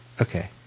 Okay